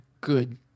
good